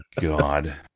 God